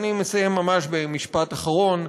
אני מסיים ממש במשפט אחרון.